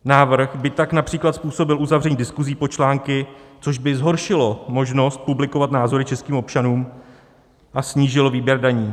Návrh by tak např. způsobil uzavření diskusí pod články, což by zhoršilo možnost publikovat názory českým občanům a snížilo výběr daní.